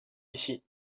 ici